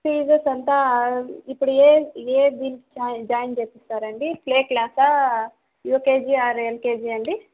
fees అంతా ఇప్పుడు ఏ ఏ దీనికి జా జాయిన్ చేపిస్తారండి ప్లే క్లాసా యూకేజీ ఆర్ ఎల్కేజీ అండి